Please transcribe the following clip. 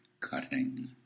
cutting